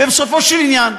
ובסופו של עניין,